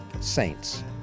Saints